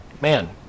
man